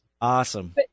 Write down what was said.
Awesome